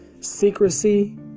secrecy